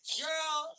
girl